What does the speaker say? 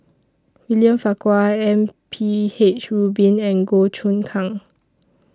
William Farquhar M P H Rubin and Goh Choon Kang